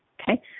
Okay